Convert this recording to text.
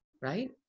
Right